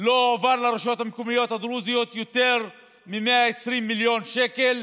לא הועברו לרשויות המקומיות הדרוזיות יותר מ-120 מיליון שקל.